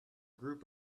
group